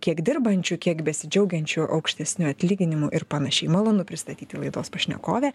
kiek dirbančių kiek besidžiaugiančių aukštesniu atlyginimu ir panašiai malonu pristatyti laidos pašnekovę